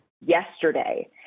yesterday